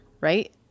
Right